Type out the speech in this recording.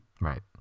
Right